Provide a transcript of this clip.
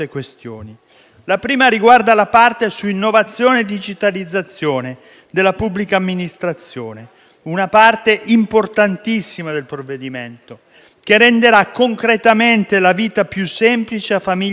La prima riguarda innovazione e digitalizzazione della pubblica amministrazione: una parte importantissima del provvedimento, che renderà concretamente la vita più semplice a famiglie e imprese,